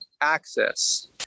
access